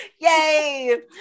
yay